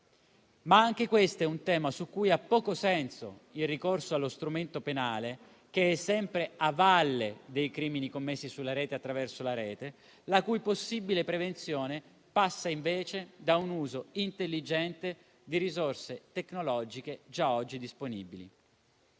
ma anche questo è un tema su cui ha poco senso il ricorso allo strumento penale, che è sempre a valle dei crimini commessi sulla rete e attraverso la rete, la cui possibile prevenzione passa invece da un uso intelligente di risorse tecnologiche già oggi disponibili.